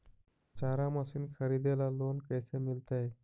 चारा मशिन खरीदे ल लोन कैसे मिलतै?